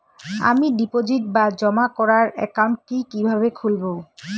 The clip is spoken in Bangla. আমি ডিপোজিট বা জমা করার একাউন্ট কি কিভাবে খুলবো?